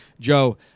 Joe